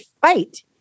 fight